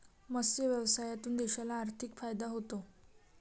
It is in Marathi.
मत्स्य व्यवसायातून देशाला आर्थिक फायदा होतो